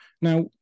Now